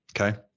okay